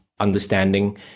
understanding